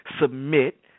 submit